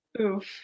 Oof